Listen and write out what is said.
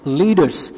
leaders